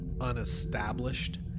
unestablished